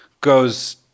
goes